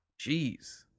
Jeez